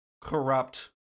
corrupt